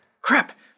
crap